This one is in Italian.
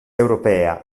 europea